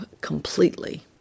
completely